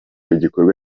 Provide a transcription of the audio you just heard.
igikorwa